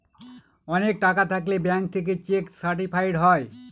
অনেক টাকা থাকলে ব্যাঙ্ক থেকে চেক সার্টিফাইড হয়